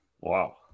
Wow